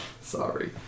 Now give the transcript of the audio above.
Sorry